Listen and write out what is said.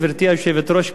גברתי היושבת-ראש,